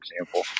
example